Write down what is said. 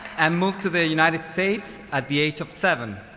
and moved to the united states at the age of seven.